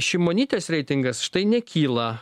šimonytės reitingas štai nekyla